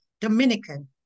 Dominican